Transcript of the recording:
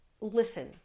listen